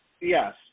Yes